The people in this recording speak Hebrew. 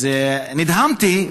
אז נדהמתי,